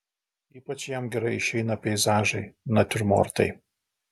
ypač jam gerai išeina peizažai natiurmortai